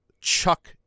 Chuck